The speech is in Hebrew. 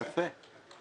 יפה.